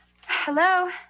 Hello